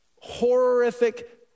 horrific